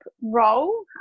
role